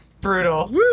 brutal